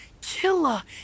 Killa